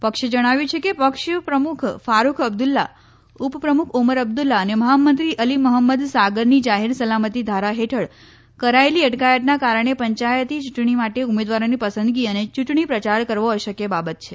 પક્ષે જણાવ્યું છે કે પક્ષ પ્રમુખ ફારુખ અબ્દુલ્લા ઉપપ્રમુખ ઓમર અબ્દુલ્લા અને મહામંત્રી અલી મહંમદ સાગરની જાહેર સલામતી ધારા હેઠળ કરાયેલી અટકાયતના કારણે પંચાયતી યૂંટણી માટે ઉમેદવારોની પસંદગી અને ચૂંટણી પ્રચાર કરવો અશક્ય બાબત છે